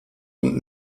und